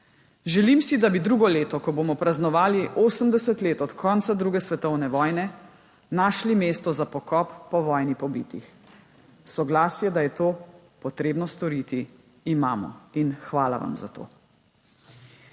Želim si, da bi drugo leto, ko bomo praznovali 80 let od konca druge svetovne vojne, našli mesto za pokop po vojni pobitih. Soglasje, da je to potrebno storiti, imamo. In hvala vam za to.